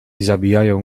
zabijają